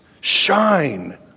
shine